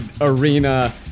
arena